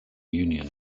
union